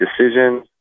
decisions